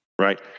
right